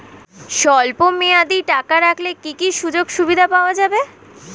স্বল্পমেয়াদী টাকা রাখলে কি কি সুযোগ সুবিধা পাওয়া যাবে?